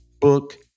book